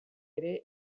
ere